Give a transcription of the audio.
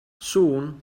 soon